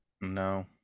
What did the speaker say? No